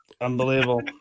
Unbelievable